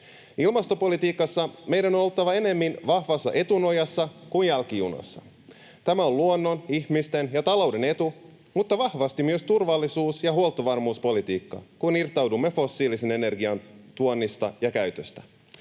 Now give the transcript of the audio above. Ilmastopolitiikassa meidän on oltava ennemmin vahvassa etunojassa kuin jälkijunassa. Tämä on luonnon, ihmisten ja talouden etu mutta vahvasti myös turvallisuus- ja huoltovarmuuspolitiikkaa, kun irtaudumme fossiilisen energian tuonnista ja käytöstä.